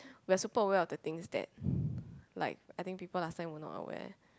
we are super aware of the things that like I think people last time were not aware